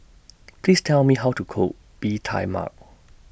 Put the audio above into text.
Please Tell Me How to Cook Bee Tai Mak